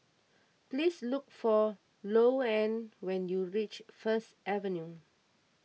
please look for Louann when you reach First Avenue